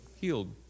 healed